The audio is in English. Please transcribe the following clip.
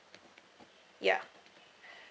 ya